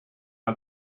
are